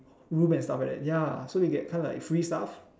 room and stuff like that ya so you get kinda like free stuff